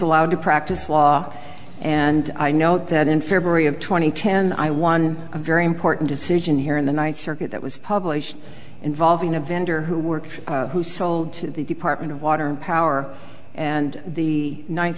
allowed to practice law and i know that in february of two thousand and ten i won a very important decision here in the ninth circuit that was published involving a vendor who works who sold to the department of water and power and the ninth